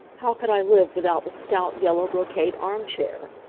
how could i live without the stout yellow brocade armchair!